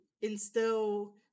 instill